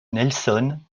nelson